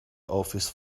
office